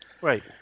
right